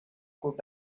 could